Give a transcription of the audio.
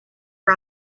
for